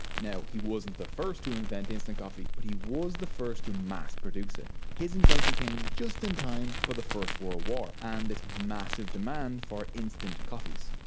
he wasn't the first to invent instant coffee, but he was the first to mass produce it. his invention came just in time for the first world war and it's massive demand for instant coffees.